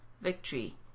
victory